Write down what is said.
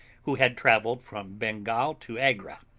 who had travelled from bengal to agra,